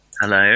Hello